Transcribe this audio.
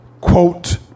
quote